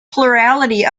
plurality